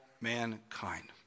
mankind